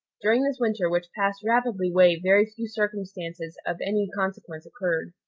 during this winter, which passed rapidly way very few circumstances of any consequence occurred.